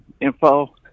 info